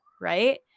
right